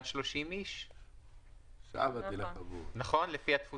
אז שירותי אוטובוס יוגבלו מאוד בהרבה הגבלות לא רק בתפוסה,